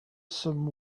some